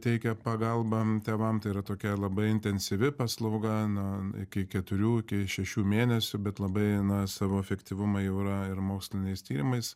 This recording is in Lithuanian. teikia pagalbą tėvam tai yra tokia labai intensyvi paslauga na iki keturių iki šešių mėnesių bet labai na savo efektyvumą jau yra ir moksliniais tyrimais